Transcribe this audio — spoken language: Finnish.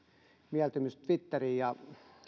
mieltymys twitteriin ja